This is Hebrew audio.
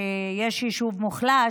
שהיישוב מוחלש,